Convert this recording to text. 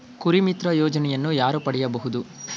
ಕುರಿಮಿತ್ರ ಯೋಜನೆಯನ್ನು ಯಾರು ಪಡೆಯಬಹುದು?